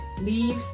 leaves